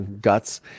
guts